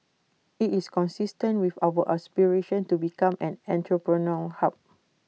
IT is consistent with our aspiration to become an entrepreneurial hub